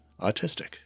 autistic